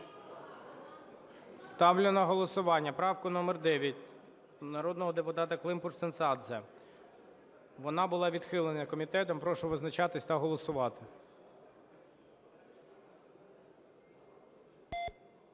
Ставлю на голосування правку номер 9 народного депутата Климпуш-Цинцадзе. Вона була відхилена комітетом. Прошу визначатись та голосувати.